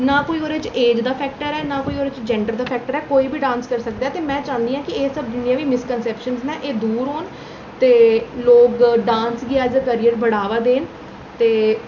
ना कोई ओह्दे च ऐज दा फैक्टर ऐ ना कोई ओह्दे च जेंडर दा फैक्टर ऐ कोई बी डांस करी सकदा ऐ ते मैं चाहन्नीं के एह् सब जिन्ने बी मिस कनशैप्शन न एह् दूर होन ते लोक डांस गी एड ए कैरियर बढ़ावा देन ते